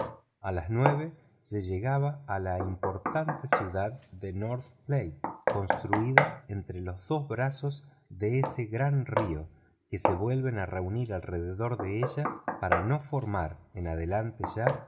a las nueve se llegaba a la importante ciudad de north platte contruida entre los dos brazos de ese gran río que se vuelven a reunir alrededor de ella para no formar en adelante ya